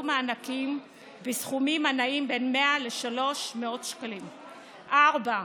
מענקים בסכומים הנעים בין 100 ל-300 שקלים חדשים.